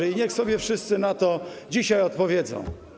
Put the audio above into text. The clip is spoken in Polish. I niech sobie wszyscy na to dzisiaj odpowiedzą.